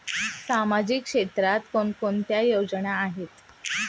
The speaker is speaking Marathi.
सामाजिक क्षेत्रात कोणकोणत्या योजना आहेत?